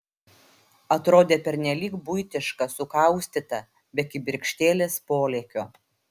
atrodė pernelyg buitiška sukaustyta be kibirkštėlės polėkio